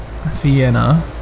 Vienna